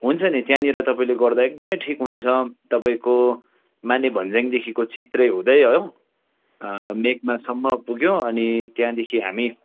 हुन्छ नि त्यहाँनिर तपाईँले गर्दा एकदमै ठिक हुन्छ तपाईँको मानेभन्ज्याङदेखिको चित्रे हुँदै हो मेघमासम्म पुग्यो अनि त्यहाँदेखि हामी